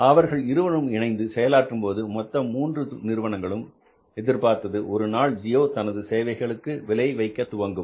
அவர்கள் இருவரும் இணைந்து செயலாற்றும் போது மொத்தம் 3 நிறுவனங்களும் எதிர்பார்த்தது ஒரு நாள் ஜியோ தனது சேவைகளுக்கு விலை வைக்க துவங்கும்